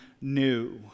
new